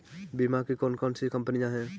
बीमा की कौन कौन सी कंपनियाँ हैं?